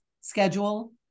schedule